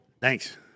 Thanks